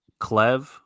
Clev